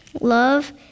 Love